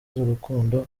z’urukundo